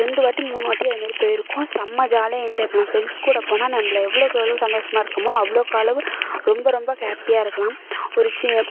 ரெண்டு வாட்டி மூணு வாட்டி அதை மாரி போயிருக்கோம் செம்ம ஜாலியாக என்ஜாய் பண்ணுவோம் ஃப்ரெண்ட்ஸ் கூட போனால் நம்மள எவ்வளோக்கு எவ்வளோ சந்தோஷமாக இருக்கோமோ அவ்வாளோக்கு அவ்வளவு ரொம்ப ரொம்ப ஹாப்பியாக இருக்கலாம் ஒரு சி